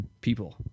people